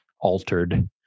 altered